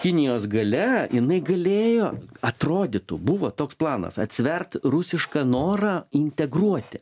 kinijos galia jinai galėjo atrodytų buvo toks planas atsvert rusišką norą integruoti